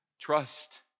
Trust